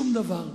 שום דבר.